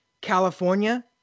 California